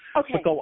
Okay